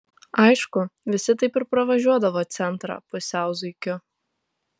aišku visi taip ir pravažiuodavo centrą pusiau zuikiu